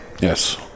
Yes